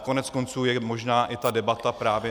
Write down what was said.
Koneckonců je možná i ta debata právě